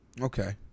Okay